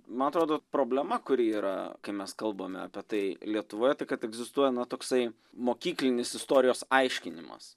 man atrodo problema kuri yra kai mes kalbame apie tai lietuvoje tai kad egzistuoja na toksai mokyklinis istorijos aiškinimas